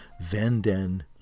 Vanden